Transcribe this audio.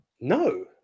No